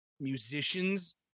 musicians